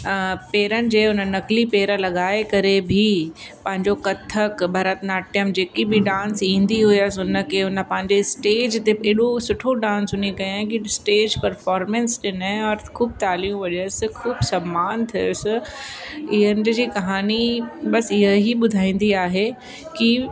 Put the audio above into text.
पेरनि जे हुन नकली पेर लॻाए करे बि पंहिंजो कथक भरतनाट्यम जेकी बि डांस ईंदी हुअसि हुनखे हुन पंहिंजे स्टेज ते हेॾो सुठो डांस हुन कयई कि स्टेज पर्फ़ॉर्मेंस ॾिन ई और ख़ूबु तालियूं वॼसि ख़ूबु सम्मान थियसि हिनजी कहानी बसि इहो ई ॿुधाईंदी आहे कि